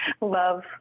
love